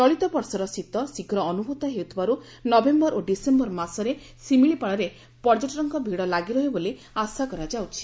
ଚଳିତ ବର୍ଷର ଶୀତ ଶୀଘ୍ର ଅନୁଭ୍ରତ ହେଉଥିବାରୁ ନଭେମ୍ଟର ଓ ଡିସେମ୍ଟର ମାସରେ ଶିମିଳିପାଳରେ ପର୍ଯ୍ୟଟକଙ୍କ ଭିଡ଼ ଲାଗି ରହିବ ବୋଲି ଆଶା କରାଯାଉଛି